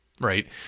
right